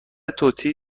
توتی